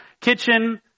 kitchen